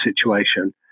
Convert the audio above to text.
situation